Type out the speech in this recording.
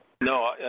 no